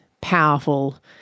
powerful